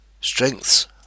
Strengths